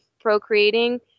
procreating